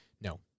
no